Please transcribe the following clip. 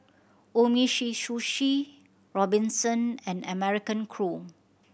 Umisushi Robinson and American Crew